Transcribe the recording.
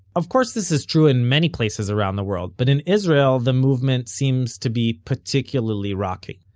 of course this is true in many places around the world, but in israel the movement seems to be particularly rockin'.